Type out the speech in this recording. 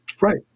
Right